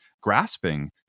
grasping